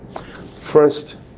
First